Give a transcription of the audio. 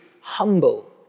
humble